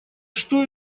что